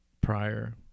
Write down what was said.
prior